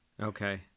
Okay